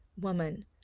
woman